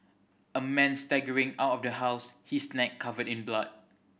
a man staggering out of the house his neck covered in blood